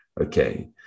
Okay